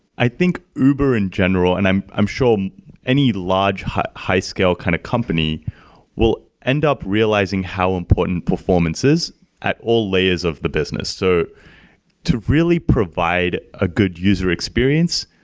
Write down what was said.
i think uber in general, and i'm i'm sure any large high-scale kind of company will end up realizing how important performance is at all layers of the business. so to really provide a good user experience,